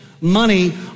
money